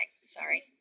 Sorry